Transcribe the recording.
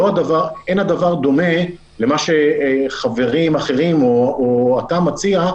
אין הדבר דומה למה שחברים אחרים או אתה מציע,